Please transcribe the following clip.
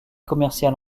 commerciale